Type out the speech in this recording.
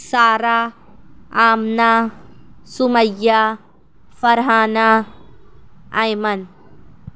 Sara Amna Sumaiya Farhana Aiman